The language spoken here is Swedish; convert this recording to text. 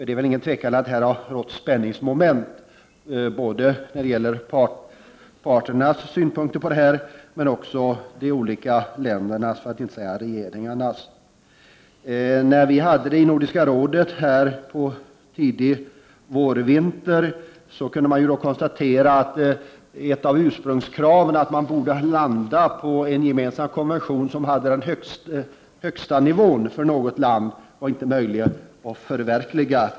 Det råder inga tvivel om att det varit en viss spänning mellan parternas och de olika regeringarnas synpunkter. När Nordiska rådet hade sin session här under vårvintern var ett av ursprungskraven, att man borde landa på en gemensam konvention som angav den högsta nivån, inte möjlig att förverkliga.